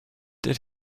did